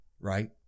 right